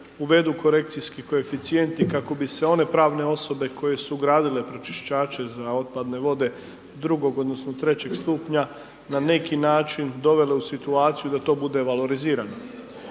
uvedu korekcijski koeficijenti kako bi se one pravne osobe koje su ugradile pročistače za otpadne vode drugog odnosno trećeg stupnja na neki način dovele u situaciju da to bude valorizirano.